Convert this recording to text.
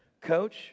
Coach